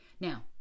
Now